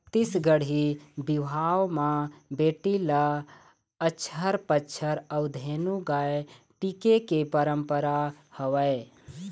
छत्तीसगढ़ी बिहाव म बेटी ल अचहर पचहर अउ धेनु गाय टिके के पंरपरा हवय